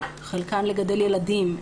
חלקן לגדל ילדים.